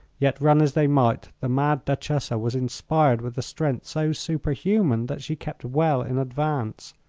yet run as they might, the mad duchessa was inspired with a strength so superhuman that she kept well in advance.